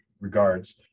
regards